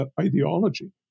ideology